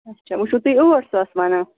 اَچھا وۄنۍ چھِو تُہۍ ٲٹھ ساس ونان